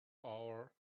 hour